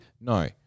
No